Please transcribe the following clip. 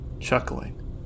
chuckling